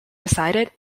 decided